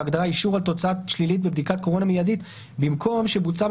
בהגדרה "אישור על תוצאה שלילית בבדיקת קורונה מיידית" במקום "שבוצעה